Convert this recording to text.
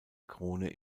krone